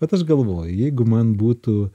vat aš galvoju jeigu man būtų